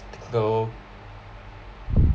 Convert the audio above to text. though